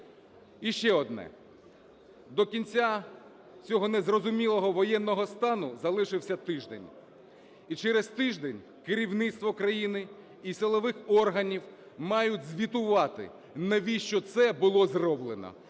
І ще одне. До кінця цього незрозумілого воєнного стану залишився тиждень. І через тиждень керівництво країни і силових органів мають звітувати навіщо це було зроблено,